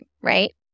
right